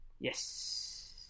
Yes